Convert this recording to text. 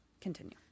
Continue